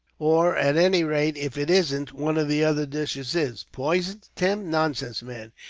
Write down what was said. or, at any rate, if it isn't, one of the other dishes is. poisoned, tim! nonsense, man.